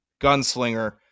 gunslinger